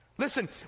Listen